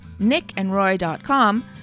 nickandroy.com